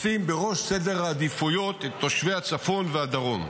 ולשים בראש סדר העדיפויות את תושבי הצפון והדרום.